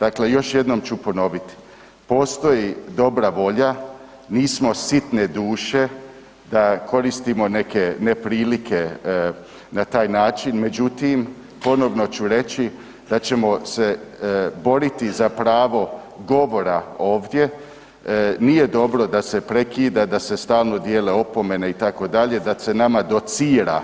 Dakle, još jednom ću ponoviti postoji dobra volja, nismo sitne duše da koristimo neke neprilike na taj način, međutim ponovno ću reći da ćemo se boriti za pravo govora ovdje, nije dobro da se prekida da se stalno dijele opomene itd., da se nama docira